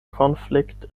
conflict